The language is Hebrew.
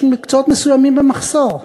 יש מקצועות מסוימים במחסור.